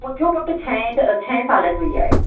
मुंहिंजो पुटु छहें त छहें साल जो ई आहे